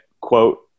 Quote